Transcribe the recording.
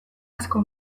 asko